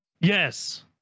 Yes